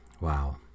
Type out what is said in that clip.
Wow